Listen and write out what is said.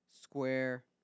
square